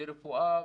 לרפואה,